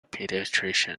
paediatrician